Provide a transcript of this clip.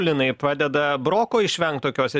linai padeda broko išvengt tokiose